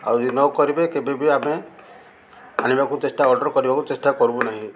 ଆଉ କରିବେ କେବେ ବି ଆମେ ଆଣିବାକୁ ଚେଷ୍ଟା ଅର୍ଡ଼ର୍ କରିବାକୁ ଚେଷ୍ଟା କରିବୁ ନାହିଁ